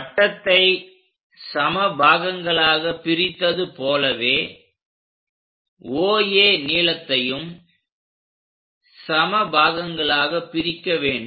வட்டத்தை சம பாகங்களாக பிரித்தது போலவே OA நீளத்தையும் சம பாகங்களாகப் பிரிக்க வேண்டும்